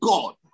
God